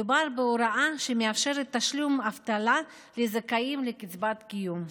מדובר בהוראה שמאפשרת תשלום אבטלה לזכאים לקצבת קיום.